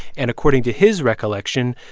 and according to his recollection,